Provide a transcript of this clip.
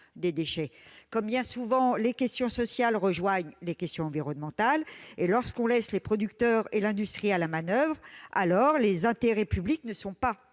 ces déchets. Comme bien souvent, les questions sociales rejoignent les questions environnementales : lorsqu'on laisse les producteurs et l'industrie à la manoeuvre, les intérêts publics ne sont pas